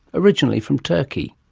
originally from turkey.